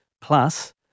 Plus